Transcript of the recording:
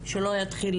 שלא יתחיל